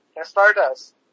Stardust